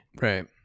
Right